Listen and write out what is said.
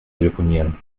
telefonieren